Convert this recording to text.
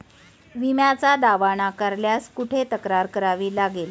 विम्याचा दावा नाकारल्यास कुठे तक्रार करावी लागेल?